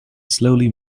slowly